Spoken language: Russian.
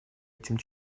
этим